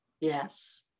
yes